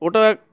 ওটা